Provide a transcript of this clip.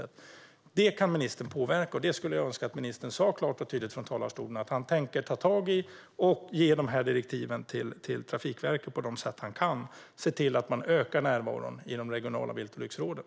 Det här kan ministern påverka, och jag skulle önska att ministern sa klart och tydligt från talarstolen att han tänker ta tag i detta och på det sätt han kan, genom direktiv till Trafikverket, se till att man ökar närvaron i de regionala viltolycksråden.